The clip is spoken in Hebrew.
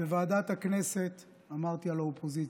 בוועדת הכנסת אמרתי על האופוזיציה,